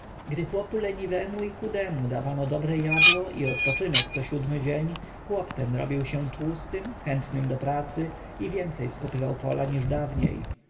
gdy chłopu leniwemu i chudemu dawano dobre jadło i odpoczynek co siódmy dzień człowiek ten robił się tłustym chętnym do pracy i więcej skopywał pola niż dawniej